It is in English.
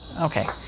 Okay